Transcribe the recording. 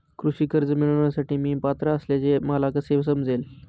कृषी कर्ज मिळविण्यासाठी मी पात्र असल्याचे मला कसे समजेल?